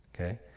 Okay